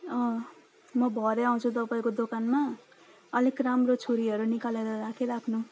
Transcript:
अँ म भरो आउँछु तपाईँको दोकानमा अलिक राम्रो छुरीहरू निकालेर राखिराख्नु